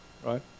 right